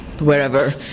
wherever